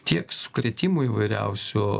tiek sukrėtimų įvairiausių